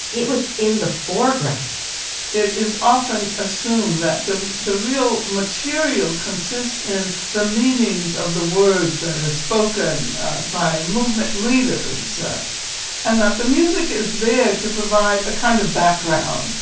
it was in the foreground it is often assumed that's the real material consists in the meanings of the words that are spoken by movement leaders and that the music is there to provide a kind of background.